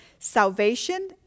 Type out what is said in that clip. Salvation